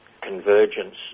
convergence